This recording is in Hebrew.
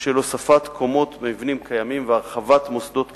של הוספת קומות במבנים קיימים והרחבת מוסדות קיימים,